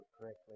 correctly